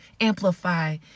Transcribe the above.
amplify